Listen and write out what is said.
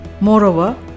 Moreover